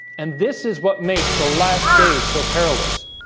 and this is what makes the last days so perilous